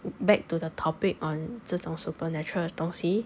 back to the topic on 这种 supernatural 的东西